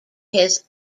his